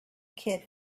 kid